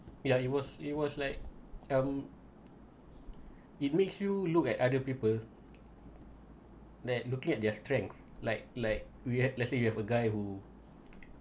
yeah it was it was like um it makes you look at other people that looking at their strength like like we have let's say you have a guy who